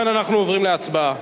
ובכן, אנחנו עוברים להצבעה.